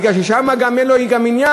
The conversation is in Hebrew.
מפני ששם גם אין לו עניין.